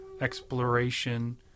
exploration